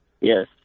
Yes